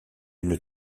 une